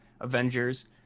Avengers